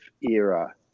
era